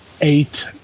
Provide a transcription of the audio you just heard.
eight